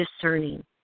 discerning